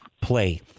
play